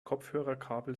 kopfhörerkabel